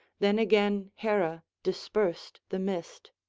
then again hera dispersed the mist.